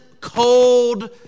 cold